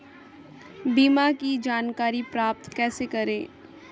बीमा की जानकारी प्राप्त कैसे करें?